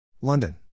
London